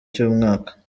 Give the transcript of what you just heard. cy’umwaka